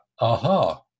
aha